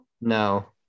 No